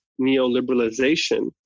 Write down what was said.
neoliberalization